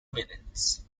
minutes